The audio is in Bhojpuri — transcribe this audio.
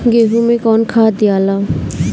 गेहूं मे कौन खाद दियाला?